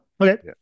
Okay